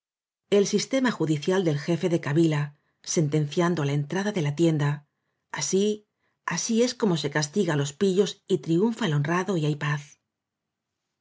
el sistema judicial del jefe de kabila sentenciando á la entrada de la tienda asi así es como se castiga á los pillos y triunfa el hon rado y hay paz